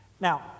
Now